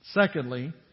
Secondly